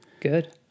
Good